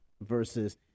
versus